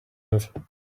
have